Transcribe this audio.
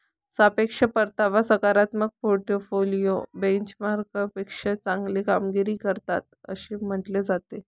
सापेक्ष परतावा सकारात्मक पोर्टफोलिओ बेंचमार्कपेक्षा चांगली कामगिरी करतात असे म्हटले जाते